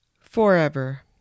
Forever